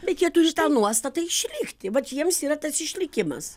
bet jie turi tą nuostatą išlikti vat jiems yra tas išlikimas